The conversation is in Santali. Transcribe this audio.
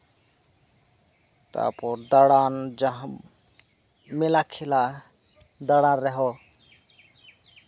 ᱛᱟᱨᱯᱚᱨ ᱫᱟᱸᱲᱟᱱ ᱡᱟᱦᱟᱸ ᱢᱮᱞᱟ ᱠᱷᱮᱞᱟ ᱫᱟᱸᱲᱟᱱ ᱨᱮᱦᱚᱸ